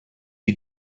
you